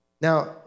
Now